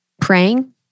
praying